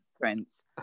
Prince